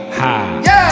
high